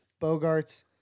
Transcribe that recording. Bogarts